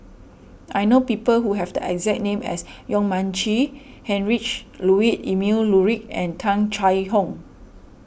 I know people who have the exact name as Yong Mun Chee Heinrich Ludwig Emil Luering and Tung Chye Hong